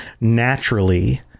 naturally